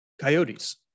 coyotes